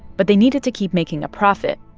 but they needed to keep making a profit.